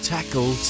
Tackle